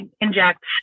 inject